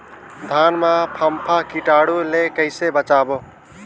धान मां फम्फा कीटाणु ले कइसे बचाबो?